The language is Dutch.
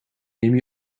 neem